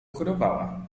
chorowała